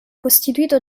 costituito